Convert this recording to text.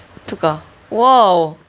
tukar !wow!